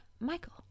Michael